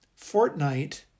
Fortnite